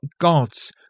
God's